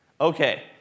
Okay